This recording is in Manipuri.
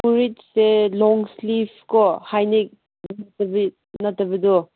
ꯐꯨꯔꯤꯠꯁꯦ ꯂꯣꯡ ꯁ꯭ꯂꯤꯞꯀꯣ ꯍꯥꯏ ꯅꯦꯛ ꯅꯠꯇꯕꯤꯗꯣ